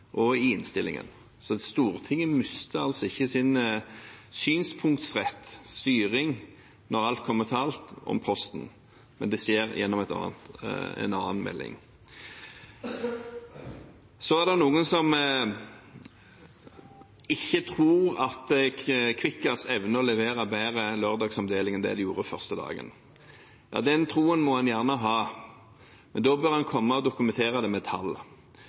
debatten og innstillingen. Stortinget mister altså ikke – når alt kommer til alt – sin synspunktrett, styring, når det gjelder Posten, men det skjer gjennom en annen melding. Så er det noen som ikke tror at Kvikkas evner å levere bedre lørdagsavisomdeling enn det de gjorde første dagen. Den troen må en gjerne ha, men da bør en dokumentere det med tall.